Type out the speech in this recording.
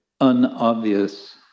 unobvious